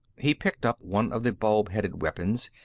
he picked up one of the bulb-headed weapons,